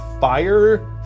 fire